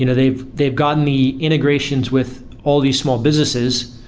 you know they've they've gotten the integrations with all these small businesses,